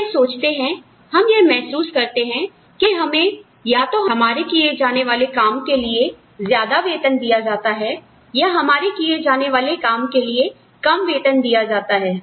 हम यह सोचते हैं हम यह महसूस करते हैं कि हमें या तो हमारे किए जाने वाले काम के लिए ज्यादा वेतन दिया जाता है या हमारे किए जाने वाले काम के लिए कम वेतन दिया जाता है